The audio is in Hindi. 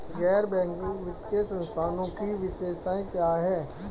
गैर बैंकिंग वित्तीय संस्थानों की विशेषताएं क्या हैं?